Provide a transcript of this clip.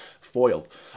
foiled